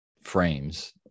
frames